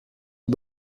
les